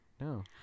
No